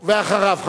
אחריו,